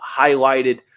highlighted